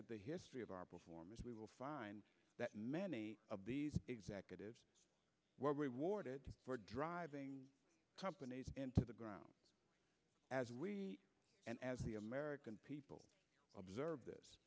at the history of our performance we will find that many of these executives were rewarded for driving companies into the ground as we and as the american people observe this